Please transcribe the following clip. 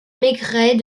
maigret